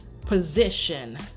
position